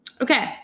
Okay